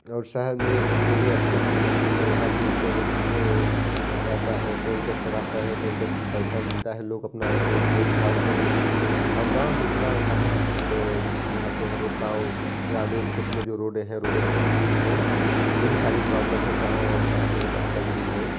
और शहर में जो रोडे अच्छी अच्छी होती है वहाँ पर इटेलेन आता है टोल टेक्सर आता है टोल टेक्स से पैसा मिलता है लोग अपना रोड से सुधारते हैं अब गाँव में इतना कहाँ सुधारते हैं रोड गाँव ग्रामीण क्षेत्र में रोडे हैं रोडे टूटी फूटी है यही सारी प्रोब्लम है गाँव और शहर में अंतर यही है